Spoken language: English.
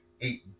eight